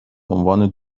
عنوان